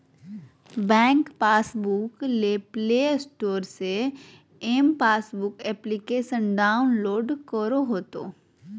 bank passbook ले Play Store से m passbook application download करे होतो